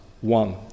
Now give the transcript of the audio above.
one